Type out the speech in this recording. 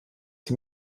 sie